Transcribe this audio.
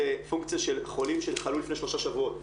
זה פונקציה של חולים שחלו לפני שלושה שבועות.